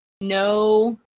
no